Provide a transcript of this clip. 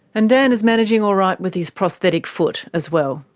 and dan is managing all right with his prosthetic foot as well.